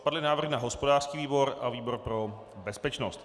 Padly návrhy na hospodářský výbor a výbor pro bezpečnost.